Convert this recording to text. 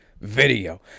video